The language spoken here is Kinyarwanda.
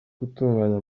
gutunganya